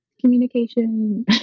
communication